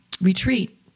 retreat